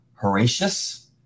Horatius